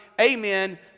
Amen